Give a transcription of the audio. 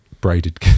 Braided